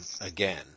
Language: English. again